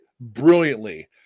brilliantly